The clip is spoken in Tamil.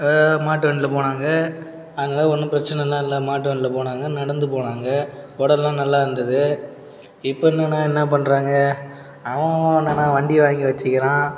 மாட்டுவண்டியில போனாங்க அதனால் ஒன்றும் பிரச்சனைலாம் இல்லை மாட்டுவண்டியில போனாங்க நடந்து போனாங்க உடல்லாம் நல்லா இருந்தது இப்போ என்னென்னா என்ன பண்ணுறாங்க அவன் அவன் என்னென்னா வண்டியை வாங்கி வச்சுக்கிறான்